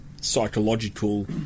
psychological